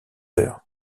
heures